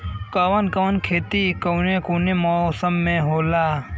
कवन कवन खेती कउने कउने मौसम में होखेला?